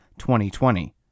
2020